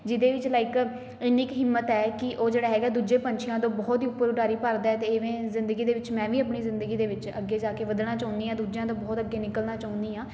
ਜਿਹਦੇ ਵਿੱਚ ਲਾਇਕ ਇੰਨੀ ਕੁ ਹਿੰਮਤ ਹੈ ਕਿ ਉਹ ਜਿਹੜਾ ਹੈਗਾ ਦੂਜੇ ਪੰਛੀਆਂ ਤੋਂ ਬਹੁਤ ਹੀ ਉੱਪਰ ਉਡਾਰੀ ਭਰਦਾ ਅਤੇ ਇਵੇਂ ਜ਼ਿੰਦਗੀ ਦੇ ਵਿੱਚ ਮੈਂ ਵੀ ਆਪਣੀ ਜ਼ਿੰਦਗੀ ਦੇ ਵਿੱਚ ਅੱਗੇ ਜਾ ਕੇ ਵਧਣਾ ਚਾਹੁੰਦੀ ਹਾਂ ਦੂਜਿਆਂ ਦਾ ਬਹੁਤ ਅੱਗੇ ਨਿਕਲਣਾ ਚਾਹੁੰਦੀ ਹਾਂ